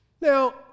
Now